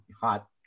hot